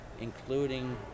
including